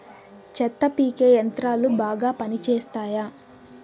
చెత్త పీకే యంత్రాలు బాగా పనిచేస్తాయా?